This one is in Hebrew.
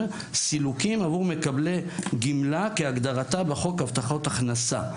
סילוקים עבור מקבלי גמלה כהגדרתה בחוק הבטחות הכנסה".